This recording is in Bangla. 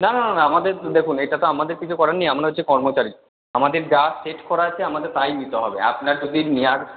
না না না না আমাদের দেখুন এটাতে আমাদের কিছু করার নেই আমরা হচ্ছে কর্মচারী আমাদের যা সেট করা আছে আমাদের তাই নিতে হবে আপনার যদি নেওয়ার